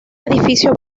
edificio